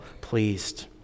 pleased